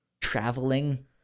traveling